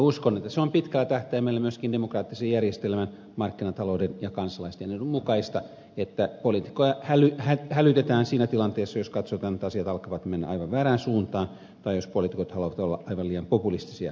uskon että se on pitkällä tähtäimellä myöskin demokraattisen järjestelmän markkinatalouden ja kansalaisten edun mukaista että poliitikot hälytetään siinä tilanteessa jos katsotaan että asiat alkavat mennä aivan väärään suuntaan tai jos poliitikot haluavat olla aivan liian populistisia kussakin tilanteessa